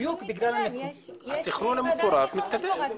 בדיוק בגלל --- התכנון המפורט מתקדם.